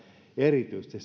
erityisesti